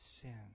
sin